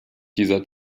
dieser